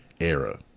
era